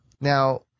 Now